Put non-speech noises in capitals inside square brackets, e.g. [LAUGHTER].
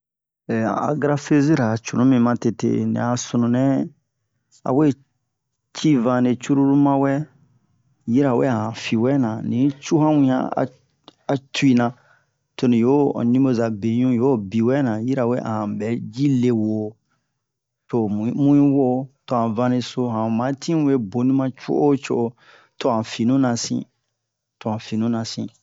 [HESITATION] han agrafezira cunu mi ma tete ni a sunu nɛ a we ci fane cruru ma wɛ yirawe a han fi wɛna ni i cu han wian a twina to ni yo han ɲubeza beɲu yo biwɛna yirawe a han bɛ yi le wo to mu yi muyi wo to han vaneso han ma tin we boni ma co'o co'o to han finuna sin to han finuna sin